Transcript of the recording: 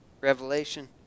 revelation